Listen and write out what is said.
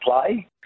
play